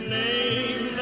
name